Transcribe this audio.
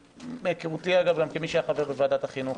מהיכרותי כמי שהיה חבר בוועדת החינוך,